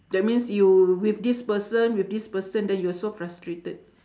that means you with this person with this person then you were so frustrated